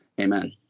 amen